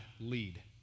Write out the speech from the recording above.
lead